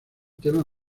tema